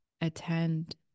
attend